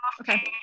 Okay